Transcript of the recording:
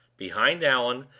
behind allan,